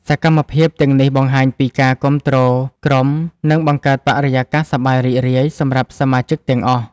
សកម្មភាពទាំងនេះបង្ហាញពីការគាំទ្រក្រុម និងបង្កើតបរិយាកាសសប្បាយរីករាយសម្រាប់សមាជិកទាំងអស់។